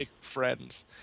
friends